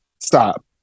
Stop